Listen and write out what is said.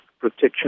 protection